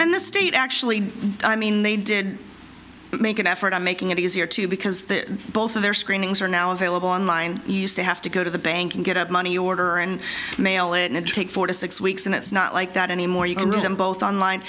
and the state actually i mean they did make an effort on making it easier too because the both of their screenings are now available online used to have to go to the bank and get up money order and mail it in and take four to six weeks and it's not like that anymore you can read them both online